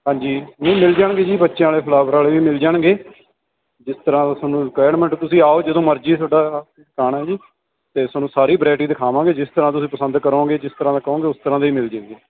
ਹਾਂਜੀ ਨਹੀਂ ਮਿਲ ਜਾਣਗੇ ਜੀ ਬੱਚਿਆਂ ਵਾਲੇ ਫਲਾਵਰ ਵਾਲੇ ਵੀ ਮਿਲ ਜਾਣਗੇ ਜਿਸ ਤਰ੍ਹਾਂ ਦੀ ਤੁਹਾਨੂੰ ਰਿਕੁਆਇਰਮੈਂਟ ਤੁਸੀਂ ਆਓ ਜਦੋਂ ਮਰਜ਼ੀ ਤੁਹਾਡਾ ਦੁਕਾਨ ਆ ਜੀ ਅਤੇ ਤੁਹਾਨੂੰ ਸਾਰੀ ਵਰਾਇਟੀ ਦਿਖਾਵਾਂਗੇ ਜਿਸ ਤਰ੍ਹਾਂ ਤੁਸੀਂ ਪਸੰਦ ਕਰੋਂਗੇ ਜਿਸ ਤਰ੍ਹਾਂ ਦਾ ਕਹੋਗੇ ਉਸ ਤਰ੍ਹਾਂ ਦੇ ਮਿਲ ਜਾਣਗੇ